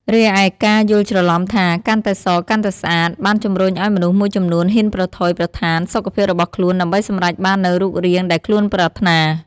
រីឯការយល់ច្រឡំថា "កាន់តែស កាន់តែស្អាត" បានជំរុញឱ្យមនុស្សមួយចំនួនហ៊ានប្រថុយប្រថានសុខភាពរបស់ខ្លួនដើម្បីសម្រេចបាននូវរូបរាងដែលខ្លួនប្រាថ្នា។